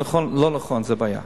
זו בעיה.